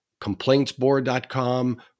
complaintsboard.com